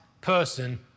person